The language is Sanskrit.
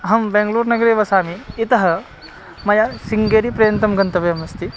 अहं बेङ्गलूर्नगरे वसामि यतः मया सिङ्गेरि पर्यन्तं गन्तव्यमस्ति